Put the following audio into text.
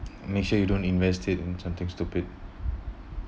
make sure you don't invest it in something stupid